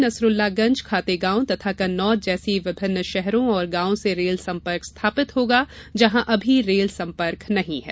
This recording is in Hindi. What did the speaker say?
नसरुल्लागंज खातेगांव तथा कन्नौद जैसे विभिन्न शहरो और गांवों से रेल संपर्क स्थापित होगा जहां अभी रेल संपर्क नहीं है